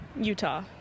utah